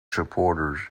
supporters